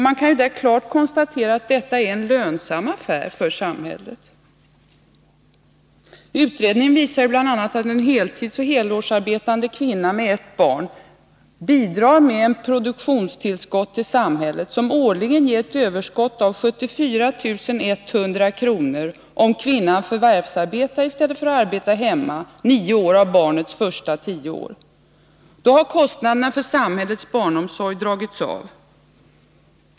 Man konstaterar där klart att detta är en lönsam affär för samhället. Utredningen visar bl.a. att en heltidsoch helårsarbetande kvinna med ett barn bidrar med ett produktionstillskott till samhället som årligen ger ett överskott av 74100 kr. om kvinnan förvärvsarbetar i stället för att arbeta hemma nio av barnets första år. Då har kostnaderna för samhällets barnomsorg dragits av.